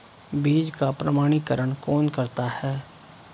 बीज का प्रमाणीकरण कौन करता है?